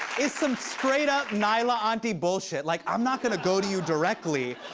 is some straight-up naila aunty bullshit. like, i'm not gonna go to you directly.